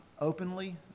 openly